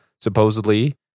supposedly